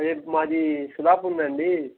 అదే మాది స్లాబ్ ఉందండి